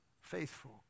faithful